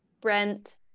Brent